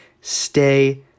Stay